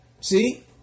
See